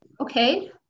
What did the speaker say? Okay